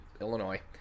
Illinois